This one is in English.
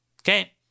Okay